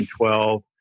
2012